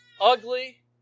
ugly